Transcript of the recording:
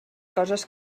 coses